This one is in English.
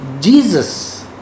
Jesus